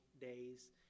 days